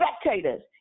spectators